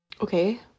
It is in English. Okay